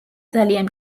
ძალიან